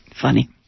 funny